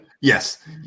Yes